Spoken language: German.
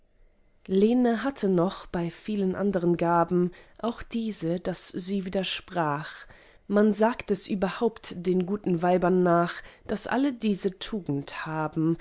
lene hatte noch bei vielen andern gaben auch diese daß sie widersprach man sagt es überhaupt den guten weibern nach daß alle diese tugend haben